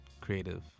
creative